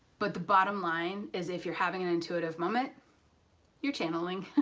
but the bottom line is if you're having an intuitive moment you're channeling.